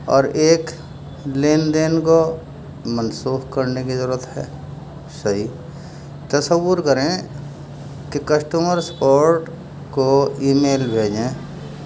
اور ایک لین دین کو منسوخ کرنے کی ضرورت ہے صحیح تصور کریں کہ کسٹمر سپورٹ کو ای میل بھیجیں